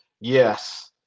yes